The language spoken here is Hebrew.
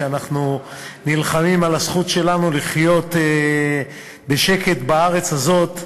כשאנחנו נלחמים על הזכות שלנו לחיות בשקט בארץ הזאת,